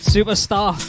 Superstar